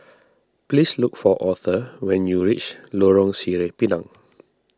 please look for Author when you reach Lorong Sireh Pinang